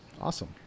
Awesome